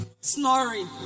snoring